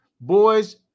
Boys